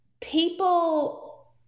people